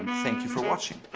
thank you for watching.